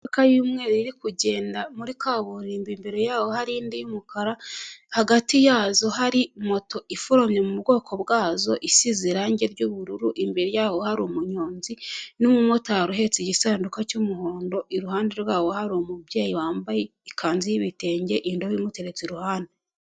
Imodoka y'umweru iri kugenda muri kaburimbo imbere yaho hari indi y'umukara hagati yazo hari moto ifuromye mu bwoko bwazo isize irangi ry'ubururu imbere yaho hari umunyonzi n'umumotari uhetse igisanduku cy'umuhondo iruhande rwawo hari umubyeyi wambaye ikanzu y'ibitenge indo imuteretse iruhande.